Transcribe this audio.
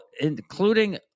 including